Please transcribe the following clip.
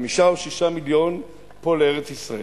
5 או 6 מיליון, פה, לארץ-ישראל.